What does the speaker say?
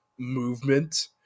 Movement